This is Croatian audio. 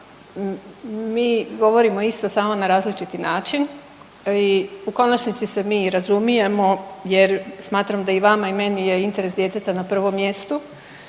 mi govorimo isto samo na različiti način i u konačnici se mi razumijemo, jer smatram da i vama i meni je interes djeteta na prvom mjestu.